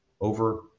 over